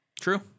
True